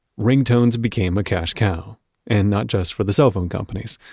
ringtones became a cash cow and not just for the cell phone companies,